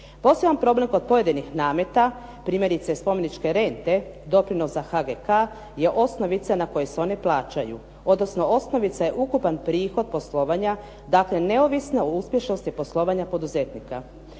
Poseban problem kod pojedinih nameta primjerice spomeničke rente, doprinosa HGK je osnovica na kojoj se one plaćaju, odnosno osnovica je ukupan prihod poslovanja, dakle, neovisno o uspješnosti poslovanja poduzetnika.